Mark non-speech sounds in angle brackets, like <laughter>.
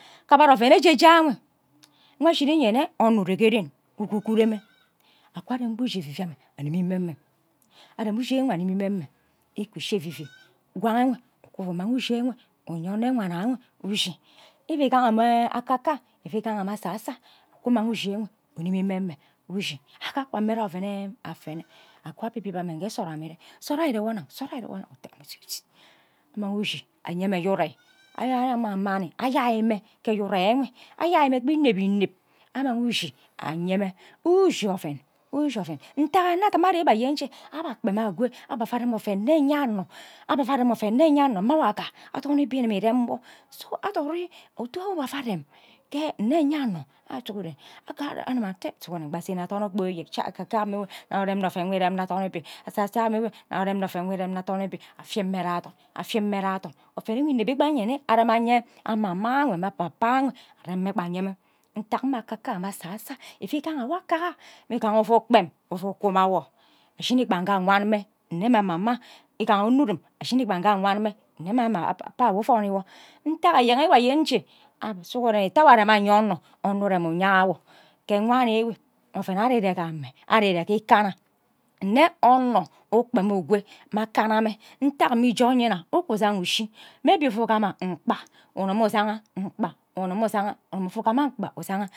Akibara oven eje je ayo wo ushini nne onno ure ghe ren nwo ukughore mme <noise> akwa arem gba ushi evivie amme animi meme arem ushi ewe animi meme iku ishi evivie <noise> ngwang ayo umang ushi ewe unye onno wanna ushi isi gaha mme akaka mm asasa uku uman ushi enwe unimi meme ushi akaka mme ja oven afene akwa abibi amme mme nke nsod amme ire nsod ayo ire wo nnang nso ayo ire wo nnang amang ushi anye mmb urei <noise> amang mami ayai mme ke aye ure enw ayai mme kpa ineb ineb amang ushi anye mme ushi oven ushi uke ntaghe anno adom ajok abe akpem akwo abe atha oven nne enyano abe ava uerem oven eyanno mma awo gha athon ibin igimi ire wo so adori utu nwo abe ava arem ke nne enyanno ate sughuren kpe kana nne ase me athon okpoi chai akakam nwo nna irem nne oven nwo irem nne athon ibi asas enwe nna urem nne oven uwo irem nne atho ibi afim mme ghe athon afim mme anye amama ayo abe apapa enwe rem mme kpa aye mme ntak mme akaka aya mme asa so anyo ivika nwa ka ayo igaha uvu ukpem uvu ku mma nwo ashin ka anwa mme igaha onno uru ashini kpa nke awan mme <hesitation> apapa ayo nta enyen enwe ayan nje ita awo arem anyar awo arem onno onno urem inye wo ke wani ewe oven ari ire gam amme ari ire ke ikana nne anno ikpem ukwe gima akana mme nta mme ije anyina uku jaja ushi maybe ufu igima nkpa unumu usanga ungamma mma nkpa uzang